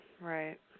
Right